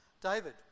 David